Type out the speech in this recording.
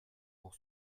pour